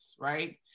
right